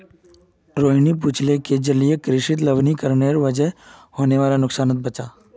रोहिणी पूछले कि जलीय कृषित लवणीकरनेर वजह होने वाला नुकसानक बता